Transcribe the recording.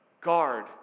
guard